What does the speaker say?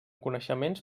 coneixements